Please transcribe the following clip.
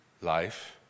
life